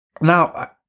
Now